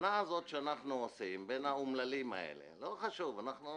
ההבחנה שאנחנו עושים בין האומללים האלה לבין